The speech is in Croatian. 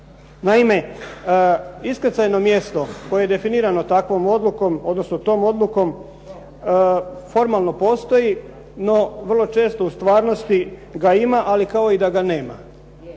Naime, iskrcajno mjesto koje je definirano takvom odlukom, odnosno tom odlukom, formalno postoji no vrlo često u stvarnosti ga ima, ali kao i da ga nema.